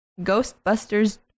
Ghostbusters